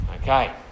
Okay